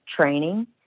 training